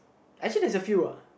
actually there's a few uh